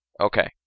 Okay